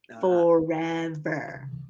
forever